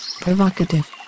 provocative